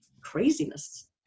craziness